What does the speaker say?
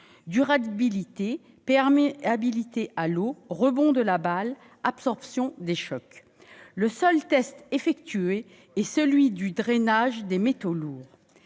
durabilité, perméabilité à l'eau, rebond de la balle, absorption des chocs. Le seul test effectué est celui du drainage des métaux lourds.